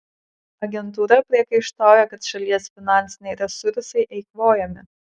agentūra priekaištauja kad šalies finansiniai resursai eikvojami